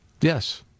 yes